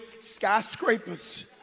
skyscrapers